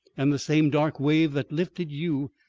and the same dark wave that lifted you,